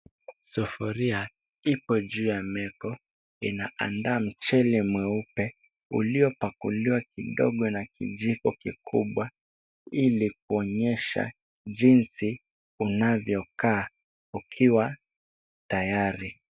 Sufuria iko juu ya meko. Inaandaa mchele mweupe ,uliopakuliwa kidogo na kijiko kikubwa ,ili kuonyesha jinsi unavyokaa ukiwa tayari.